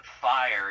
fire